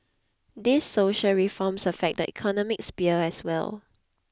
these social reforms affect the economic sphere as well